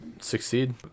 succeed